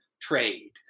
trade